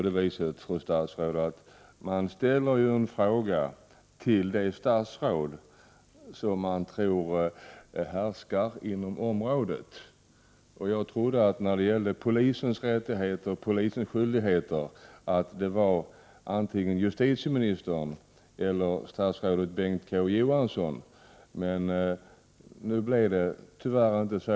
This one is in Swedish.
Det är ju så att man ställer en fråga till det statsråd som man tror handlägger de ärenden som det gäller inom området. Jag trodde att polisens rättigheter och skyldigheter var en angelägenhet för antingen justitieministern eller civilminister Bengt K Å Johansson. Men nu var det tyvärr inte så.